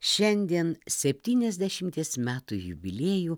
šiandien septyniasdešimties metų jubiliejų